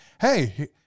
hey